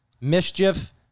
mischief